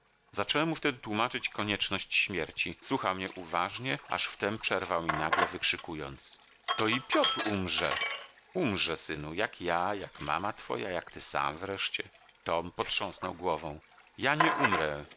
zacząłem mu wtedy tłumaczyć konieczność śmierci słuchał mnie uważnie aż wtem przerwał mi nagle wykrzykując to i piotr umrze umrze synu jak ja jak mama twoja jak ty sam wreszcie tom potrząsnął głową ja nie umrę